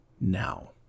now